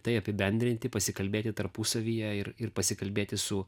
tai apibendrinti pasikalbėti tarpusavyje ir ir pasikalbėti su